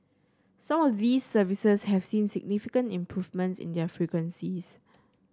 some of these services have seen significant improvements in their frequencies